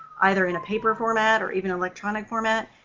either in a paper format or even electronic format,